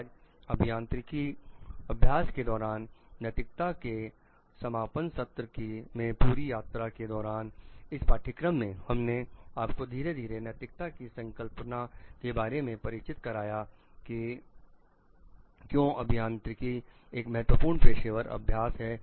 आज अभियांत्रिकी अभ्यास के दौरान नैतिकता के समापन सत्र में पूरी यात्रा के दौरान इस पाठ्यक्रम में हम ने आपको धीरे धीरे नैतिकता की संकल्पना के बारे में परिचित कराया की क्यों अभियांत्रिकी एक महत्वपूर्ण पेशेवर अभ्यास है